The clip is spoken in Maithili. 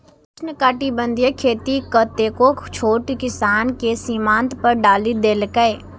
उष्णकटिबंधीय खेती कतेको छोट किसान कें सीमांत पर डालि देलकै